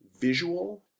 visual